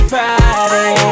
Friday